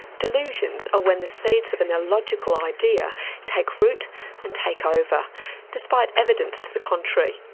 delusions are when the seeds of an illogical idea take root and take ah over despite evidence to the contrary.